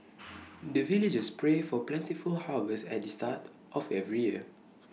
the villagers pray for plentiful harvest at the start of every year